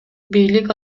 бийлик